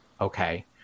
Okay